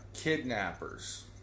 kidnappers